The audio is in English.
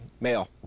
male